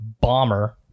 bomber